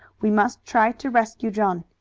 we must try to rescue john.